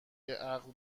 عقد